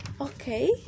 Okay